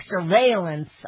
surveillance